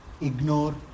ignore